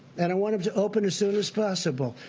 and i want them to open as soon as possible,